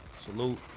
salute